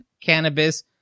cannabis